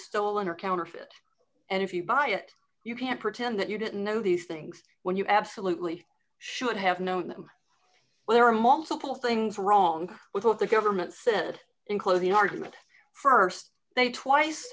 stolen or counterfeit and if you buy it you can't pretend that you didn't know these things when you absolutely should have known them well there are multiple things wrong with what the government said in closing argument st they twice